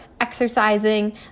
exercising